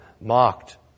mocked